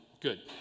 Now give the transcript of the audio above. Good